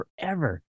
forever